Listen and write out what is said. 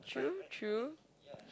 true true